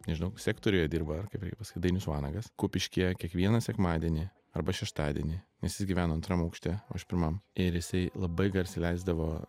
nežinau sektoriuje dirba ar kaip reikia pasakyt dainius vanagas kupiškyje kiekvieną sekmadienį arba šeštadienį nes jis gyveno antram aukšte o aš pirmam ir jisai labai garsiai leisdavo